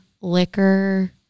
liquor